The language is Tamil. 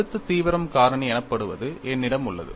அழுத்த தீவிரம் காரணி எனப்படுவது என்னிடம் உள்ளது